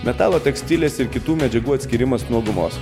metalo tekstilės ir kitų medžiagų atskyrimas nuo gumos